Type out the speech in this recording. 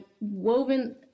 woven